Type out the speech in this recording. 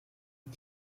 ich